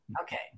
Okay